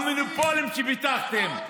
המונופולים שביטחתם.